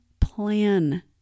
plan